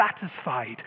satisfied